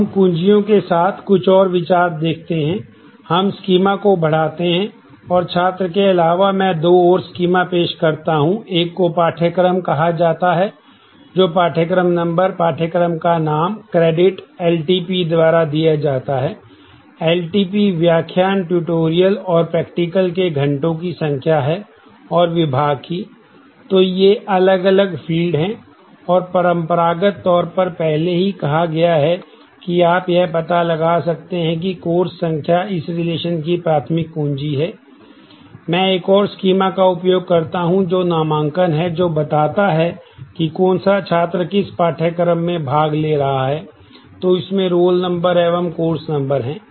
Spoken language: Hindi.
हम कुंजीयों के साथ कुछ और विचार देखते हैं हम स्कीमा का उपयोग करता हूं जो नामांकन है जो बताता है कि कौन सा छात्र किस पाठ्यक्रम में भाग ले रहा है तो इसमें रोल नंबर एवं कोर्स नंबर है